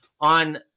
on